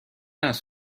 است